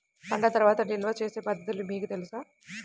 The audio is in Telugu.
పంట తర్వాత నిల్వ చేసే పద్ధతులు మీకు తెలుసా?